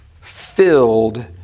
filled